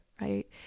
Right